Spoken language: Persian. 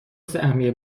سهمیه